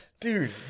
dude